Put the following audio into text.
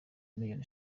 miliyoni